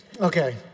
Okay